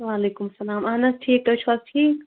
وعلیکم السلام اہن حظ ٹھیٖک تُہۍ چھِو حظ ٹھیٖک